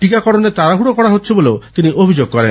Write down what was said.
টিকাকররণে তাড়াহুড়ো করা হচ্ছে বলেও তিনি অভিযোগ করেন